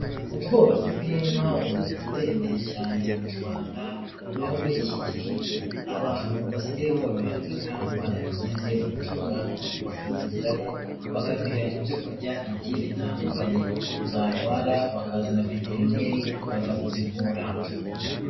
Ubworozi bw'inka bumaze gutera imbere cyane mu Rwanda, aho muri iki gihe abantu basigaye borora inka barabigize umwuga, bakazitaho bakaziha ibyo kurya bigiye bitandukanye, zarwara bakazana veterineri akaza kuzivura.